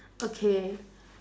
okay